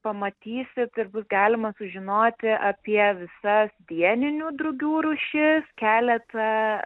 pamatysit ir bus galima sužinoti apie visas dieninių drugių rūšis keletą